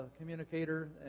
communicator